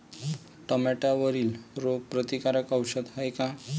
टमाट्यावरील रोग प्रतीकारक औषध हाये का?